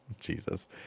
Jesus